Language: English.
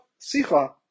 Sicha